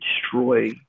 destroy